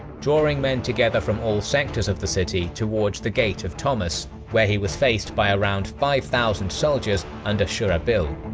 drawing men together from all sectors of the city towards the gate of thomas, where he was faced by around five thousand soldiers under shurahbil.